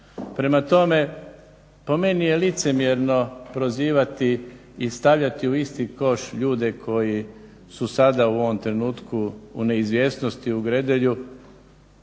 Prema tome, po meni je licemjerno prozivati i stavljati u isti koš ljude koji su sada u ovom trenutku u neizvjesnosti u Gredelju,